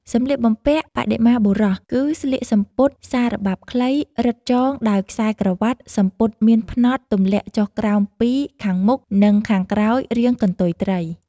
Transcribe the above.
សម្លៀកបំពាក់បដិមាបុរសគឺស្លៀក សំពត់សារបាប់ខ្លី រឹតចងដោយខ្សែក្រវាត់ សំពត់មានផ្នត់ទម្លាក់ចុះក្រោមពី ខាងមុខ និង ខាងក្រោយរាងកន្ទុយត្រី។